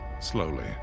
slowly